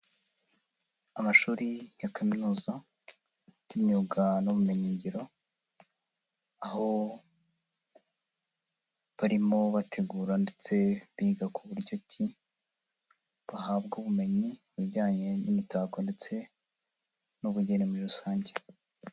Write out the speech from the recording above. Amashuri ya kaminuza y'imyuga n'ubumenyigiro, aho barimo bategura ndetse biga ku buryo ki bahabwa ubumenyi, mu bijyanye n'imitako ndetse n'ubugeni muri rusange.